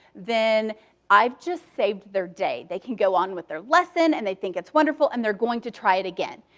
then i've just saved their day. they can go on with their lesson, and they think it's wonderful, and they're going to try it again.